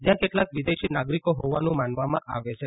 જ્યાં કેટલાંક વિદેશી નાગરિકો હોવાનું માનવામાં આવે છે